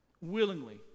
willingly